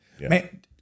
man